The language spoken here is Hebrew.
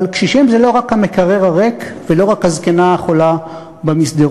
אבל קשישים זה לא רק המקרר הריק ולא רק הזקנה החולה במסדרון.